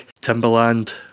Timberland